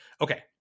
Okay